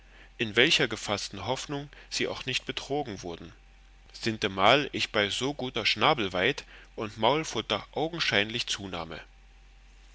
in welcher gefaßten hoffnung sie auch nicht betrogen wurden sintemal ich bei so guter schnabelweit und maulfutter augenscheinlich zunahme